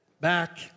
back